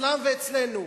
אצלם ואצלנו.